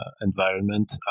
environment